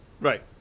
right